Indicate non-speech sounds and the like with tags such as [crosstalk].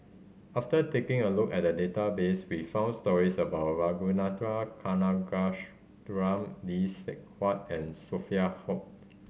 after taking a look at the database we found stories about Ragunathar [unintelligible] Lee Sek Huat and Sophia Hult